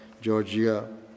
Georgia